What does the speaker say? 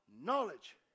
knowledge